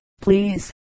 please